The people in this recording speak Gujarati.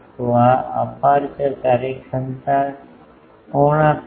તો આ અપેર્ચર કાર્યક્ષમતા કોણ આપે છે